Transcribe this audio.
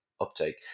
uptake